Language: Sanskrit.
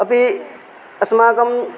अपि अस्माकं